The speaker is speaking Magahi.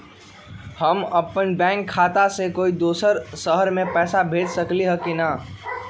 हम अपन बैंक खाता से कोई दोसर शहर में पैसा भेज सकली ह की न?